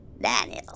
Daniel